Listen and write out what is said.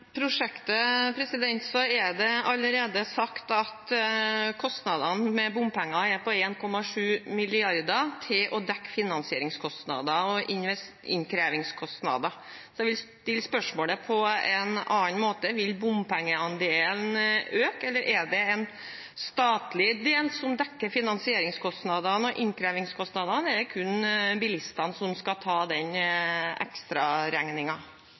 prosjektet er det allerede sagt at kostnadene med bompenger er på 1,7 mrd. kr til å dekke finansierings- og innkrevingskostnader. Jeg stiller spørsmålet på en annen måte: Vil bompengeandelen øke, eller dekker en statlig del finansierings- og innkrevingskostnadene? Eller skal kun bilistene ta